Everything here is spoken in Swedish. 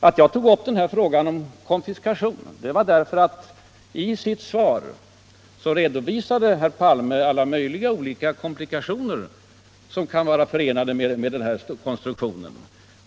Att jag tog upp frågan om konfiskation berodde på att herr Palme i sitt svar redovisar alla möjliga komplikationer som kan vara förenade med den här konstruktionen.